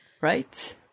Right